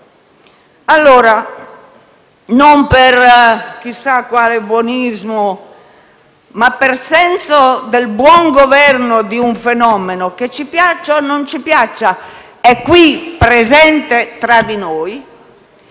Allora, non per chissà quale buonismo, ma per senso del buon governo di un fenomeno, che - ci piaccia o meno - è presente tra di noi,